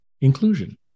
inclusion